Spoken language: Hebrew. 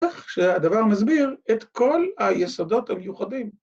‫כך שהדבר מסביר ‫את כל היסודות המיוחדים.